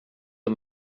och